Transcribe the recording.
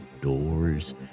doors